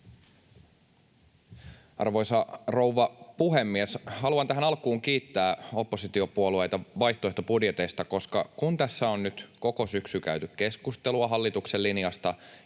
Arvoisa rouva puhemies! Haluan tähän alkuun kiittää oppositiopuolueita vaihtoehtobudjeteista, koska kun tässä on nyt koko syksy käyty keskustelua hallituksen linjasta